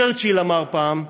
צ'רצ'יל אמר פעם: